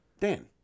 Dan